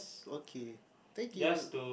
okay thank you